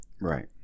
right